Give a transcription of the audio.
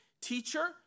teacher